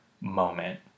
moment